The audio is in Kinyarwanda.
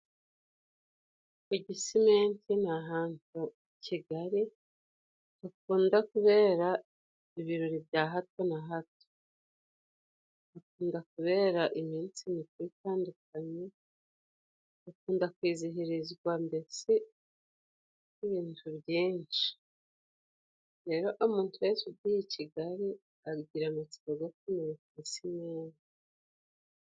Igisimenti ni ahantu I kigali hakunda kubera ibirori bya hato na hato. Hakunda kubera iminsi mikuru itandukanye akunda kwizihizwa ndetse n'ibindi byinshi. Rero umuntu wese ugiye i Kigali agiraga amatsiko go kureba ku Gisimenti.